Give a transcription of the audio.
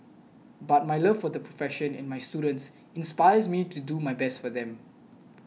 but my love for the profession and my students inspires me to do my best for them